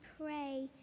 pray